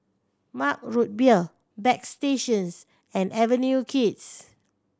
Mug Root Beer Bagstationz and Avenue Kids